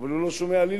אבל הוא לא שומע לי,